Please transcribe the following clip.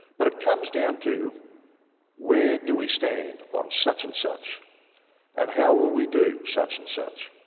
but it comes down to where do we stand on such and such and how will we do such and such?